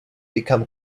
become